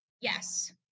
Yes